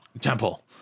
temple